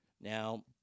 Now